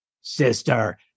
sister